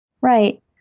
Right